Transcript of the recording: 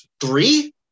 Three